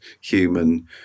human